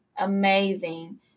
Amazing